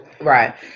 Right